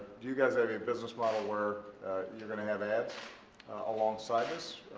do you guys have your business model where you're going to have ads alongside this,